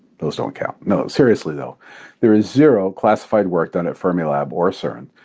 those don't count. no seriously though there is zero classified work done at fermilab or cern.